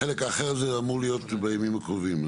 החלק האחר אמור להיות בימים הקרובים.